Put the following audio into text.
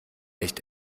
echt